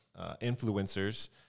influencers